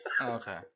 Okay